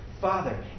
Father